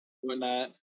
whatnot